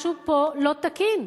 משהו פה לא תקין.